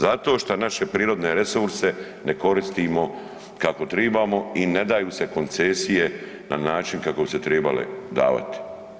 Zato šta naše prirodne resurse ne koristimo kako trebamo i ne daju se koncesije na način kako bi se trebale davat.